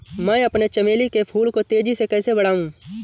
मैं अपने चमेली के फूल को तेजी से कैसे बढाऊं?